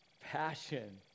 Passion